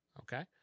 Okay